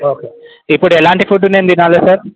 okay ఇప్పుడు ఎలాంటి food నేను తినాలి సార్